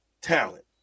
talent